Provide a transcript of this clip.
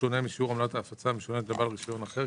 שונה משיעור עמלת ההפצה המשולמת לבעל רישיון אחר,